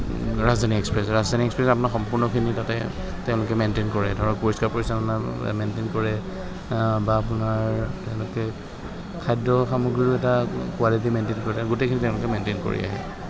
ৰাজধানী express Rajdhani express আপোনাৰ সম্পূৰ্ণখিনি তাতে তেওঁলোকে মেইনটেইন কৰে ধৰক পৰিষ্কাৰ পৰিচালনা মেইনটেইন কৰে বা আপোনাৰ তেওঁলোকে খাদ্য সামগ্ৰীও এটা কোৱালিটি মেইনটেইন কৰে গোটেইখিনি তেওঁলোকে মেইনটেইন কৰি আহে